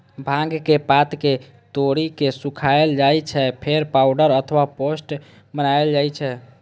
भांगक पात कें तोड़ि के सुखाएल जाइ छै, फेर पाउडर अथवा पेस्ट बनाएल जाइ छै